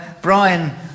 Brian